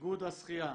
איגוד השחייה.